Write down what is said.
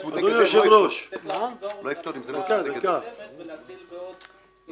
המשרד לא יתנגד להוסיף את התוספת.